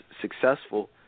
successful